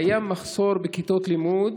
קיים מחסור בכיתות לימוד,